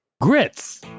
Grits